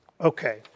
Okay